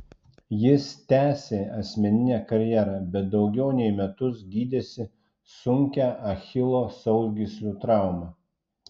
jis tęsė asmeninę karjerą bet daugiau nei metus gydėsi sunkią achilo sausgyslių traumą